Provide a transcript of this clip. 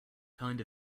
kind